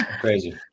Crazy